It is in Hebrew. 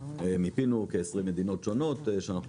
מיפינו כ-20 מדינות שונות שאנחנו